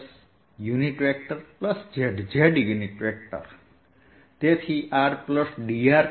આગળનું બિંદુ એ અહીં નજીકમાં છે જે sϕdϕ zdz છે